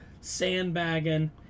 sandbagging